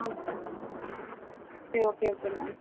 ஆ சரி okay okay ma'am